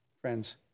friends